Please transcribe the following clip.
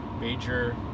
major